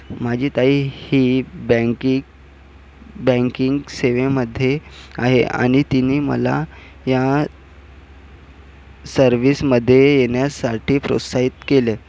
माझी ताई ही बँकिंग बँकिंग सेवेमध्ये आहे आणि तिने मला या सर्व्हीसमध्ये येण्यासाठी प्रोत्साहित केले